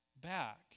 back